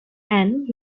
and